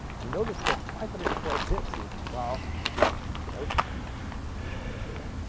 and notice that five hundred and twelve bits is well oops. did i say that?